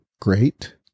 great